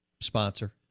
sponsor